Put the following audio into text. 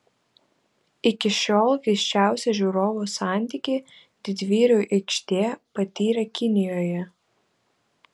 iki šiol keisčiausią žiūrovo santykį didvyrių aikštė patyrė kinijoje